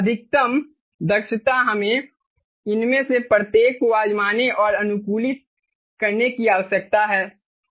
अधिकतम दक्षता हमें इनमें से प्रत्येक को आज़माने और अनुकूलित करने की आवश्यकता है